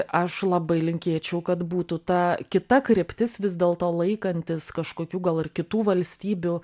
aš labai linkėčiau kad būtų ta kita kryptis vis dėlto laikantis kažkokių gal ir kitų valstybių